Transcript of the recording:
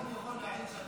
אני יכול להעיד,